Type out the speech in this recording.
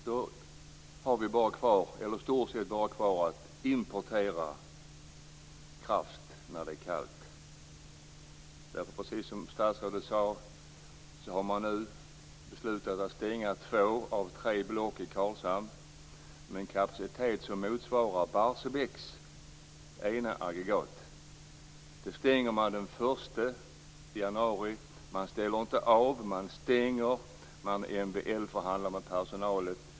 Då har vi i stort sett bara kvar att importera kraft när det är kallt. Precis som statsrådet sade har man nu nämligen beslutat att stänga två av tre block i Karlshamn, med en kapacitet som motsvarar Barsebäcks ena aggregat. Dessa stänger man den 1 januari. Man ställer inte av; man stänger. Man MBL-förhandlar med personalen.